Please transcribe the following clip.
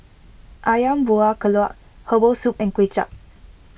Ayam Buah Keluak Herbal Soup and Kuay Chap